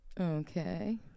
Okay